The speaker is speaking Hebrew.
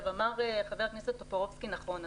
אמר חבר הכנסת טופורובסקי נכון.